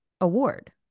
award